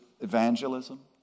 evangelism